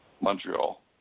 Montreal